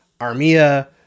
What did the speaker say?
Armia